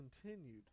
continued